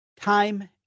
time